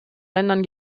ländern